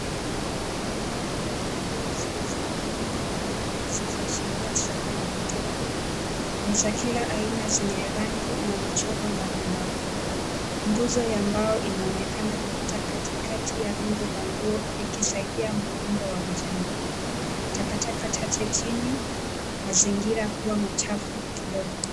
Eneo lenye nguo zilizopangwa kwa wingi zikiashiria soko la mitumba, ni za kila aina zenye rangi na michoro mbalimbali. Nguzo ya mbao inaonekana kupitia katika ya rundo la nguo ikisaidia muundo wa mjengo. Takataka chache chini, mazingira kuwa mchafu kidogo.